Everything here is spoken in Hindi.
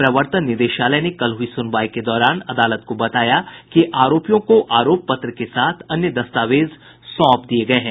प्रवर्तन निदेशालय ने कल हुई सुनवाई के दौरान अदालत को बताया कि आरोपियों को आरोप पत्र के साथ अन्य दस्तावेज सौंप दिये गये हैं